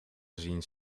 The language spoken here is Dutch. gezien